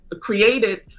created